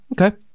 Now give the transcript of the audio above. Okay